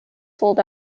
sold